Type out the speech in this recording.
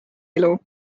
elu